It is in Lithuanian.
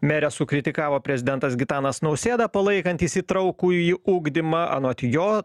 merę sukritikavo prezidentas gitanas nausėda palaikantis įtraukųjį ugdymą anot jo